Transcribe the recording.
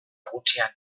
gutxian